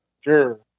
Sure